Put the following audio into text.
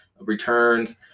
returns